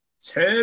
ted